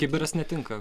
kibiras netinka